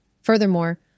Furthermore